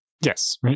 Yes